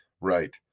Right